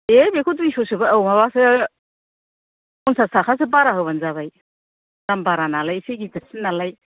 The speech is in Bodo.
दे बेखौ दुइस' सोबा औ माबासो पनसास थाखासो बारा होबानो जाबाय दाम बारा नालाय एसे गिदिरसिन नालाय